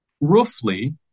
roughly